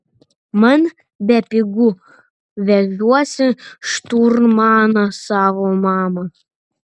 man bepigu vežuosi šturmaną savo mamą